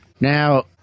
Now